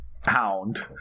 hound